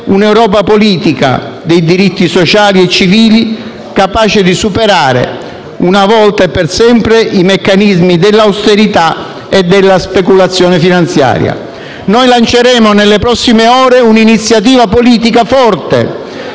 un'Europa politica dei diritti sociali e civili, capace di superare, una volta e per sempre, i meccanismi dell'austerità e della speculazione finanziaria. Noi lanceremo, nelle prossime ore, un'iniziativa politica forte,